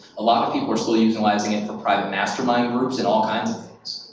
a lot of people are still utilizing it for private mastermind groups and all kinds of things,